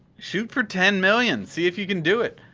shoot for ten million, see if you can do it.